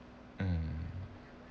mm